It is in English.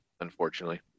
unfortunately